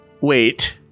wait